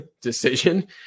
decision